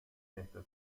اهدا